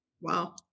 wow